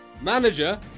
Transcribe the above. Manager